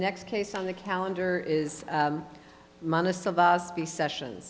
next case on the calendar is the session